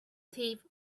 thief